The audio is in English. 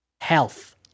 health